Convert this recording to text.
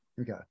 Okay